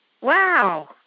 Wow